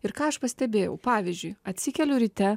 ir ką aš pastebėjau pavyzdžiui atsikeliu ryte